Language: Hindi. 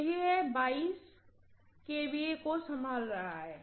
तो यह केवल kVA को संभाल रहा है